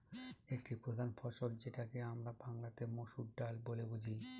একটি প্রধান ফসল যেটাকে আমরা বাংলাতে মসুর ডাল বলে বুঝি